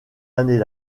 années